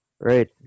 right